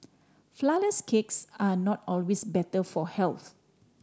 flourless cakes are not always better for health